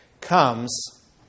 comes